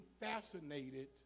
fascinated